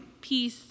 peace